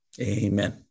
Amen